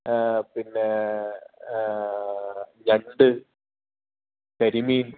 പിന്നേ ഞണ്ട് കരിമീൻ